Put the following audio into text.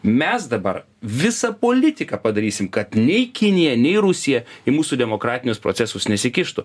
mes dabar visą politiką padarysim kad nei kinija nei rusija į mūsų demokratinius procesus nesikištų